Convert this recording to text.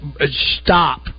stop